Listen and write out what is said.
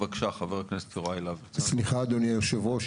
סליחה אדוני יושב הראש,